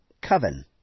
coven